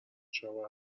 شبو